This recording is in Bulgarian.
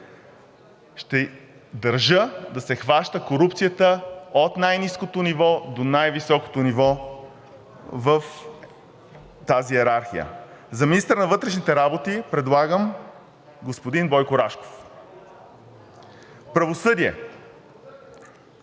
Ще държа да се хваща корупцията от най-ниското до най-високото ниво в тази йерархия. За министър на вътрешните работи предлагам господин Бойко Рашков. Правосъдие.